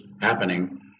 happening